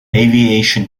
aviation